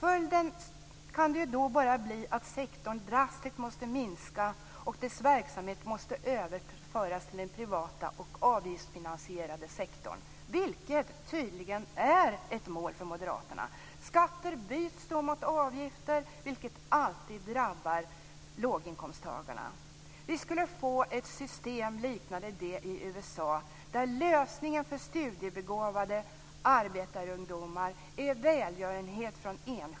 Följden kan då bara bli att sektorn drastiskt måste minskas och att dess verksamhet måste överföras till den privata och avgiftsfinansierade sektorn, vilket tydligen är ett mål för Moderaterna. Skatter byts då mot avgifter, vilket alltid drabbar låginkomsttagarna.